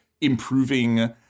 improving